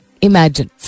imagine